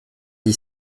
dix